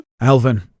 Alvin